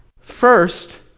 first